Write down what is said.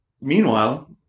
Meanwhile